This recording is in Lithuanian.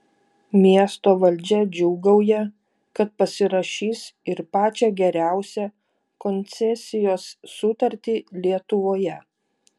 miesto valdžia džiūgauja kad pasirašys ir pačią geriausią koncesijos sutartį lietuvoje